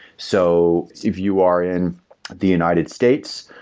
so if you are in the united states,